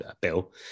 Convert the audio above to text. Bill